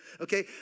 okay